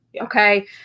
okay